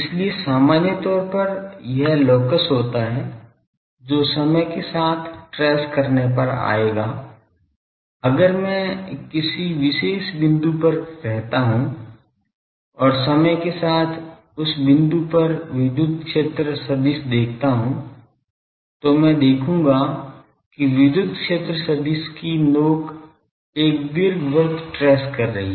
इसलिए सामान्य तौर पर यह लॉकस होता है जो समय के साथ ट्रेस करने पर आएगा अगर मैं किसी विशेष बिंदु पर रहता हूं और समय के साथ उस बिंदु पर विद्युत क्षेत्र सदिश देखता हूं तो मैं देखूंगा कि विद्युत क्षेत्र सदिश की नोक एक दीर्घवृत्त ट्रेस कर रही है